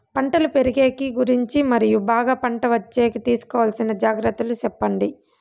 పంటలు పెరిగేకి గురించి మరియు బాగా పంట వచ్చేకి తీసుకోవాల్సిన జాగ్రత్త లు సెప్పండి?